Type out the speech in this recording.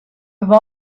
have